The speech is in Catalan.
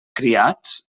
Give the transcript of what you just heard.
criats